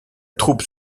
troupe